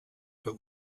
but